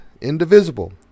indivisible